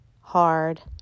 hard